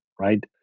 right